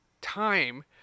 time